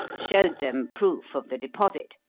showed them proof of the deposit,